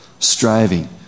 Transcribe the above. Striving